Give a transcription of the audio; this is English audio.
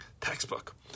textbook